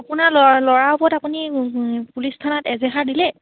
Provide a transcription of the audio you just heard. আপোনাৰ ল'ৰাৰ ওপৰত আপুনি পুলিচ থানাত এজেহাৰ দিলে